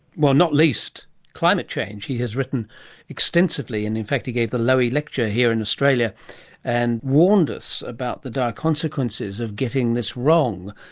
not least climate change. he has written extensively, and in fact he gave the lowy lecture here in australia and warned us about the dire consequences of getting this wrong.